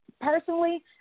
Personally